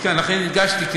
לכן הדגשתי,